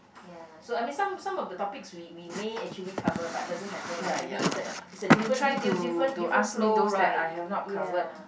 ya so I mean some some of the topic we we may actually cover but doesn't matter lah maybe it's a it's a different different flow right ya